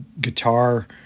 guitar